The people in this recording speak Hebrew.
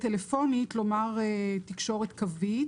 "טלפונית" נאמר "תקשורת קווית".